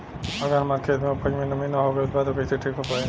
अगर हमार खेत में उपज में नमी न हो गइल बा त कइसे ठीक हो पाई?